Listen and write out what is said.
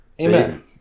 Amen